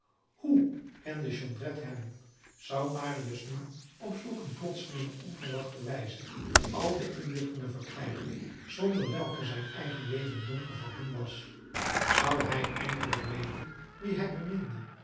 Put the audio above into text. hoe kende jondrette hem zou marius nu op zulk een plotselinge onverwachte wijze al de inlichtingen verkrijgen zonder welke zijn eigen leven donker voor hem was zou hij eindelijk weten wie hij beminde